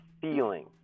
feeling